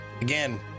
again